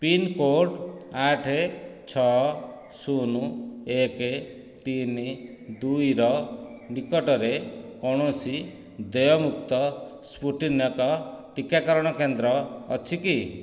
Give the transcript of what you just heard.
pincode ଆଠ ଛଅ ଶୂନ ଏକ ତିନି ଦୁଇ ର ନିକଟରେ କୌଣସି ଦେୟମୁକ୍ତ ସ୍ପୁଟ୍ନିକ୍ ଟିକାକରଣ କେନ୍ଦ୍ର ଅଛି କି